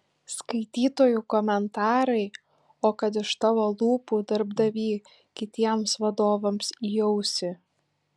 skaitytojų komentarai o kad iš tavo lūpų darbdavy kitiems vadovams į ausį